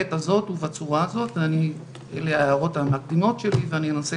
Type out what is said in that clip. אז אני ממליצה